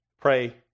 Pray